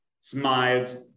smiled